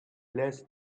less